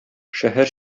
шәһәр